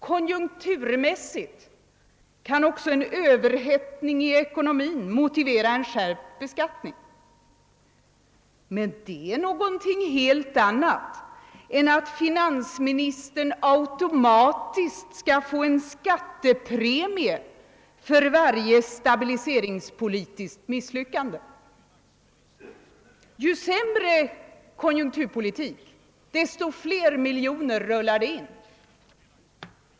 Konjunkturmässigt kan också en överhettning i ekonomin motivera en skärpt beskattning. Men det är något helt annat än att fi nansministern automatiskt skall få en skattepremie för varje stabiliseringspolitiskt misslyckande. Ju sämre konjunkturpolitik, desto fler miljoner rullar in.